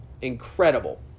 incredible